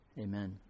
Amen